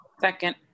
Second